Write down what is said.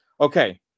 Okay